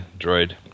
droid